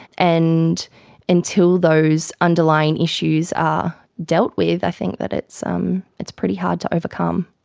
and until those underlying issues are dealt with, i think that it's um it's pretty hard to overcome.